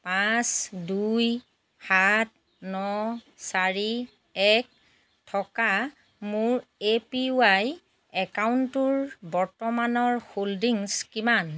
পাঁচ দুই সাত ন চাৰি এক থকা মোৰ এপিৱাই একাউণ্টটোৰ বৰ্তমানৰ হোল্ডিংছ কিমান